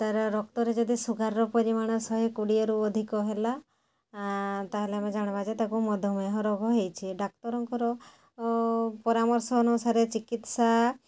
ତା'ର ରକ୍ତରେ ଯଦି ସୁଗାରର ପରିମାଣ ଶହେ କୋଡ଼ିଏରୁ ଅଧିକ ହେଲା ତା'ହେଲେ ଆମେ ଜାଣିବା ଯେ ତା'କୁ ମଧୁମେହ ରୋଗ ହୋଇଛି ଡାକ୍ତରଙ୍କର ପରାମର୍ଶ ଅନୁସାରେ ଚିକିତ୍ସା